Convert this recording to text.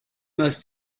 must